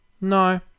no